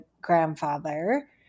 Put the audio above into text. grandfather